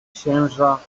księża